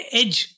edge